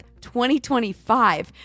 2025